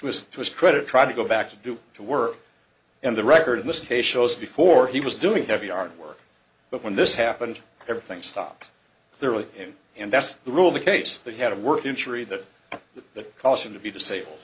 was to his credit tried to go back to do to work and the record in this case shows before he was doing heavy art work but when this happened everything stopped there with him and that's the rule the case they had to work injury that that caused him to be disabled